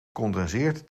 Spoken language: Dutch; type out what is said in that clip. condenseert